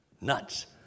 nuts